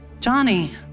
Johnny